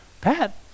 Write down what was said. pat